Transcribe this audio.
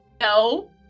no